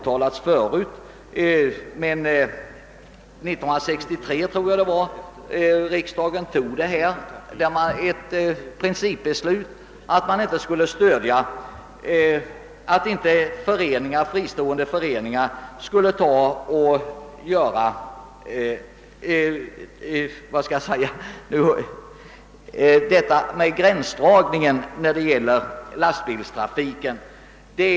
Men 1963, tror jag det var, fattade riksdagen ett principbeslut att fristående föreningar inte skulle göra någon gränsdragning när det gäller lastbilstrafiken.